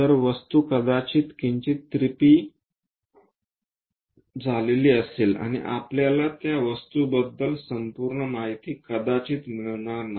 तरवस्तू कदाचित किंचित तिरपी झालेली असेल आणि आपल्याला त्या वस्तू बद्दल संपूर्ण माहिती कदाचित मिळणार नाही